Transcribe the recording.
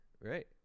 right